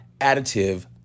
additive